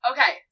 Okay